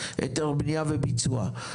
היתר בניה וביצוע.